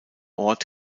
ort